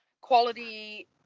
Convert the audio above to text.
quality